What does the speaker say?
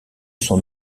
son